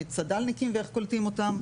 צד"לניקים ואיך קולטים אותם,